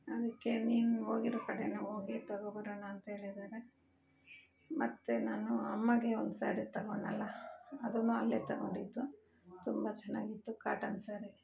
ಅದಕ್ಕೆ ನೀನು ಹೋಗಿರೊ ಕಡೆ ಹೋಗಿ ತಗೊಬರೋಣ ಅಂತೇಳಿದಾರೆ ಮತ್ತು ನಾನು ಅಮ್ಮನಿಗೆ ಒಂದು ಸ್ಯಾರಿ ತಗೊಂಡ್ನಲ್ಲ ಅದನ್ನು ಅಲ್ಲೇ ತಗೊಂಡಿದ್ದು ತುಂಬ ಚೆನ್ನಾಗಿತ್ತು ಕಾಟನ್ ಸಾರಿ